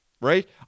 right